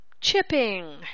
chipping